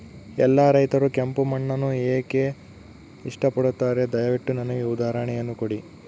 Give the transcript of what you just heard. ಎಲ್ಲಾ ರೈತರು ಕೆಂಪು ಮಣ್ಣನ್ನು ಏಕೆ ಇಷ್ಟಪಡುತ್ತಾರೆ ದಯವಿಟ್ಟು ನನಗೆ ಉದಾಹರಣೆಯನ್ನ ಕೊಡಿ?